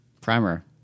Primer